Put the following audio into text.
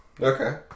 Okay